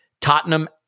Tottenham